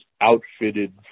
outfitted